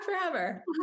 forever